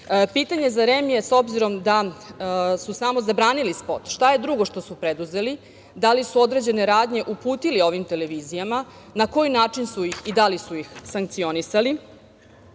za REM, s obzirom da su samo zabranili spot, šta je drugo što su preduzeli? Da li su određene radnje uputili ovim televizijama? Na koji način su ih i da li su ih sankcionisali?